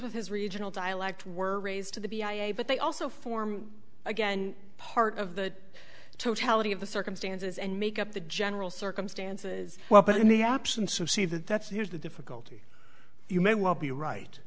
with his regional dialect were raised to the b i a but they also form again part of the totality of the circumstances and make up the general circumstances well but in the absence of see that that's there's the difficulty you may well be right